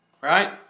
Right